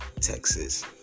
Texas